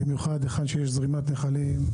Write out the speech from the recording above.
במיוחד היכן שיש זרימת נחלים,